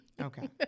Okay